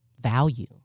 value